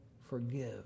forgive